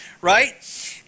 right